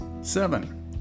seven